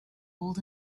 old